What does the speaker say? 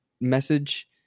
message